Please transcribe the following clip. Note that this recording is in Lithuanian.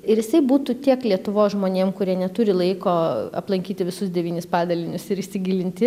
ir jisai būtų tiek lietuvos žmonėm kurie neturi laiko aplankyti visus devynis padalinius ir įsigilinti